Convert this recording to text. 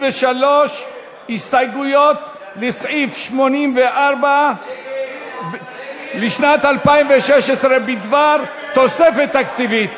הסתייגויות לסעיף 84 לשנת 2016 בדבר תוספת תקציבית.